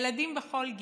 ילדים בכל גיל.